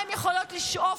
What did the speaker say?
למה הן יכולות לשאוף,